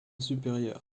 supérieure